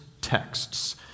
texts